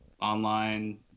online